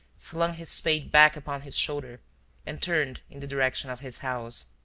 slung his spade back upon his shoulder and turned in the direction of his house.